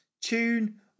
tune